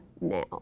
now